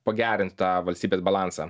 pagerins tą valstybės balansą